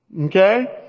Okay